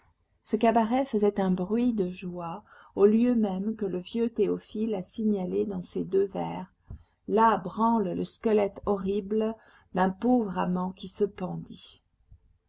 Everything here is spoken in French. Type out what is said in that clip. ce cabaret faisait un bruit de joie au lieu même que le vieux théophile a signalé dans ces deux vers là branle le squelette horrible d'un pauvre amant qui se pendit